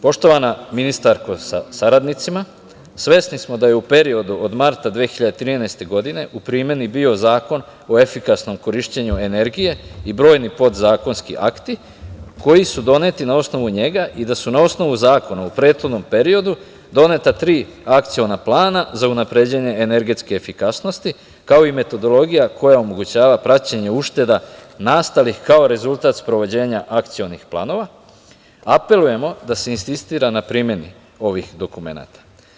Poštovana ministarko sa saradnicima, svesni smo da je u periodu od marta 2013. godine, u primeni bio Zakon o efikasnom korišćenju energije, i brojni podzakonski akti, koji su doneti na osnovu njega i da su na osnovu Zakona u prethodnom periodu, doneta tri akciona plana za unapređenje energetske efikasnosti, kao i metodologija koja omogućava praćenja ušteda nastalih kao rezultat sprovođenja akcionih planova, i apelujemo da se insistiramo na primeni ovih dokumenata.